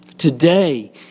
Today